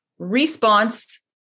response